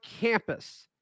campus